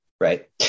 right